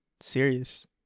serious